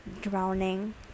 drowning